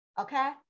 okay